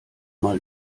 mal